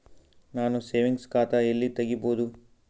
ನಾನು ಸೇವಿಂಗ್ಸ್ ಖಾತಾ ಎಲ್ಲಿ ತಗಿಬೋದು?